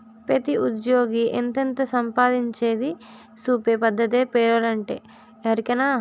పెతీ ఉజ్జ్యోగి ఎంతెంత సంపాయించేది సూపే పద్దతే పేరోలంటే, ఎరికనా